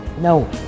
No